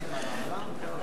דמוקרטית.